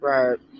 Right